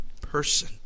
person